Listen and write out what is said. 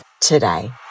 today